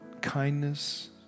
kindness